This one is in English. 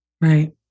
Right